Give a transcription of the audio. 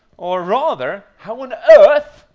or rather, how on earth,